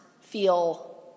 feel